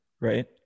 right